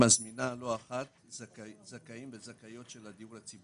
מזמינה לא אחת זכאים וזכאיות של הדיור הציבורי.